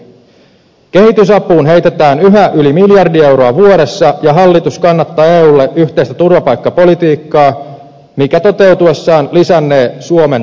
kehitysapuun heitetään yhä yli miljardi euroa vuodessa ja hallitus kannattaa eulle yhteistä turvapaikkapolitiikkaa joka toteutuessaan lisännee suomen taakkaa